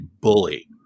bully